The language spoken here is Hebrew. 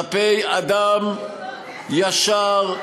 כלפי אדם ישר,